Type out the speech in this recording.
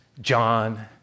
John